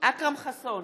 אכרם חסון,